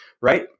right